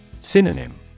Synonym